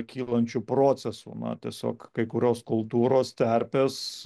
kylančių procesų na tiesiog kai kurios kultūros terpės